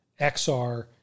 XR